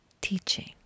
teaching